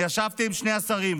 אני ישבתי עם שני השרים,